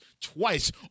twice